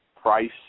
Price